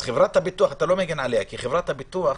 אתה לא מגן על חברת הביטוח,